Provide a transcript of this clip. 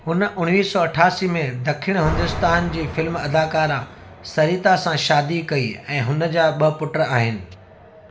हुन उणिवीह सौ अठासी में ॾखिण हिंदुस्तान जी फ़िल्म अदाकारा सरिता सां शादी कई ऐं हुन जा ॿ पुट आहिनि